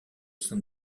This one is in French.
sein